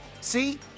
See